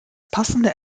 passende